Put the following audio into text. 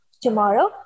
tomorrow